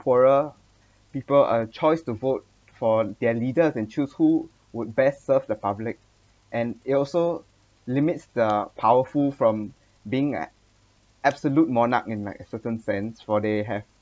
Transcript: poorer people a choice to vote for their leaders and choose who would best serve the public and it also limits the powerful from being at absolute monarch in like certain sense for they have